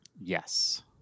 Yes